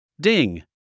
Ding